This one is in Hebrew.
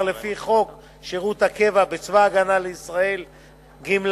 לפי חוק שירות הקבע בצבא-הגנה לישראל (גמלאות),